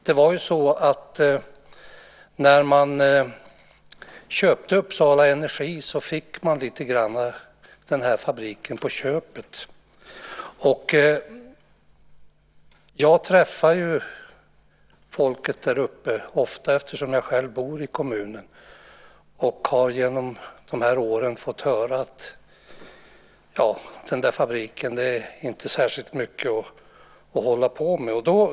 Det var ju så att när man köpte Uppsala Energi fick man den här fabriken lite grann på köpet. Jag träffar ju folket däruppe ofta, eftersom jag själv bor i kommunen, och har genom de här åren fått höra att den där fabriken inte är särskilt mycket att hålla på med.